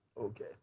Okay